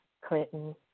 Clinton